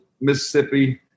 Mississippi